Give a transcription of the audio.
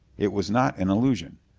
it was not an illusion.